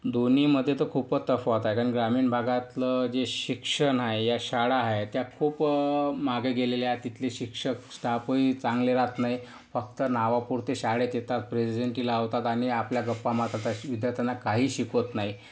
दोन्हीमध्ये तर खूपच तफावत आहे कारण ग्रामीण भागातलं जे शिक्षण आहे या शाळा आहे त्या खूप मागे गेलेल्या आहे तिथली शिक्षक स्टाफही चांगले राहत नाही फक्त नावापुरते शाळेत येतात प्रेझेन्टी लावतात आणि आपल्या गप्पा मारतात विद्यार्थ्यांना काही शिकवत नाही